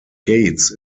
gates